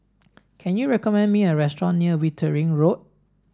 can you recommend me a restaurant near Wittering Road